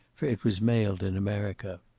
for it was mailed in america.